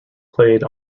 played